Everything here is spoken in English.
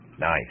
Nice